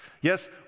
Yes